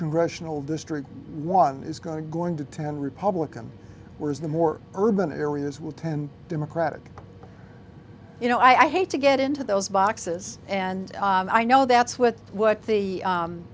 congressional district one is going to go into ten republican whereas the more urban areas will ten democratic you know i hate to get into those boxes and i know that's what what the